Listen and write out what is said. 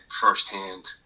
firsthand